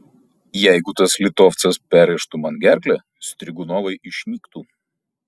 jeigu tas litovcas perrėžtų man gerklę strigunovai išnyktų